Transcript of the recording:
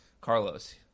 Carlos